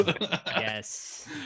Yes